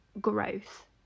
growth